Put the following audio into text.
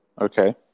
Okay